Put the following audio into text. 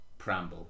Pramble